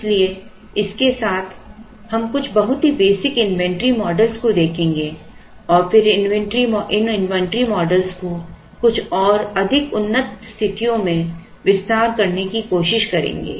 इसलिए इसके साथ हम कुछ बहुत ही बेसिक इन्वेंटरी मॉडल को देखेंगे और फिर इन इन्वेंट्री मॉडल का कुछ और अधिक उन्नत स्थितियों में विस्तार करने की कोशिश करेंगे